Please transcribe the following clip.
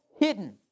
hidden